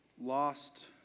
lost